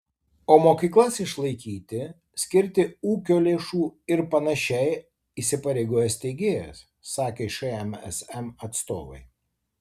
o mokyklas išlaikyti skirti ūkio lėšų ir panašiai įsipareigoja steigėjas sakė šmsm atstovai